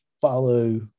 follow